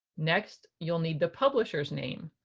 next you'll need the publisher's name.